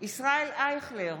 ישראל אייכלר,